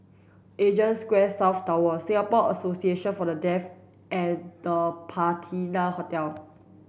Asia Square South Tower Singapore Association for the Deaf and The Patina Hotel